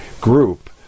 group